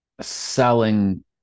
selling